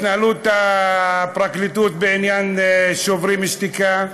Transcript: התנהלות הפרקליטות בעניין שוברים שתיקה.